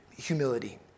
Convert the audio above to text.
humility